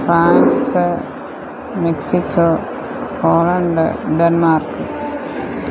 Paris Mexico Poland Denmark